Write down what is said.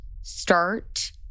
start